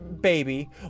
Baby